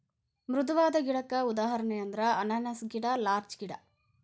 ಮೃದುವಾದ ಗಿಡಕ್ಕ ಉದಾಹರಣೆ ಅಂದ್ರ ಅನಾನಸ್ ಗಿಡಾ ಲಾರ್ಚ ಗಿಡಾ